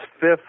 fifth